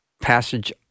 passage